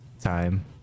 time